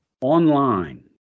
online